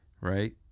right